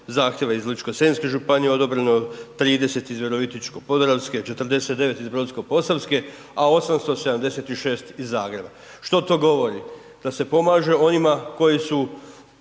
zahtjeva iz Ličko senjske županije odobreno, 30 iz Virovitičke podravske, 49 iz Brodsko posavske a 876 iz Zagreba. Što to govori? Da se pomaže onima koji su